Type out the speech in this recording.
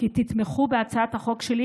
שיתמכו בהצעת החוק שלי,